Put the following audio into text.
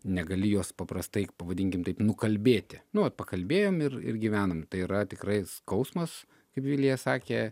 negali jos paprastai pavadinkim taip nukalbėti nu vat pakalbėjom ir gyvenam tai yra tikrai skausmas kaip vilija sakė